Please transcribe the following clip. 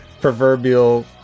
proverbial